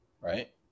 Right